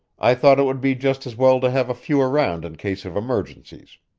i thought it would be just as well to have a few around in case of emergencies.